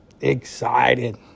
excited